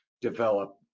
develop